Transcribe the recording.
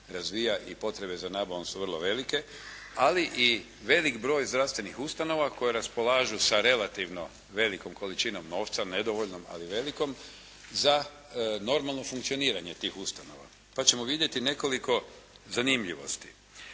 razvija i potrebe za nabavom su vrlo velike ali i veliki broj zdravstvenih ustanova koje raspolažu sa relativno velikom količinom novca, nedovoljnom ali velikom za normalno funkcioniranje tih ustanova, pa ćemo vidjeti nekoliko zanimljivosti.